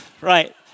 Right